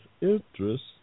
interest